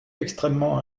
extrêmement